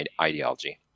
ideology